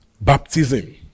baptism